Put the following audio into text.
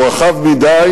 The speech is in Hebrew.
הוא רחב מדי